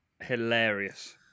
hilarious